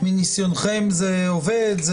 מניסיונכם זה עובד?